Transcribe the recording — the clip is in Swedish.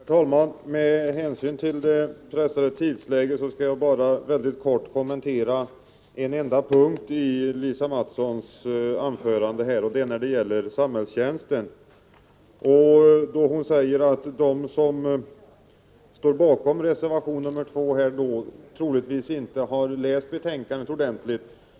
Herr talman! Med hänsyn till det pressade tidsläget skall jag mycket kort kommentera en enda punkt i Lisa Mattsons anförande, och det gäller samhällstjänsten. Lisa Mattson säger att de som står bakom reservation 2 troligtvis inte har läst betänkandet ordentligt.